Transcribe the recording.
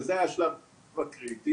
וזה השלב הקריטי.